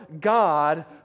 God